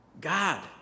God